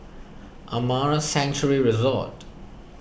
Amara Sanctuary Resort